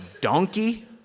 donkey